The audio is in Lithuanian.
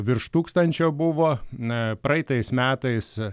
virš tūkstančio buvo na praeitais metais